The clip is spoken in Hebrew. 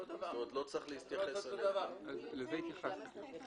לזה התייחסתי.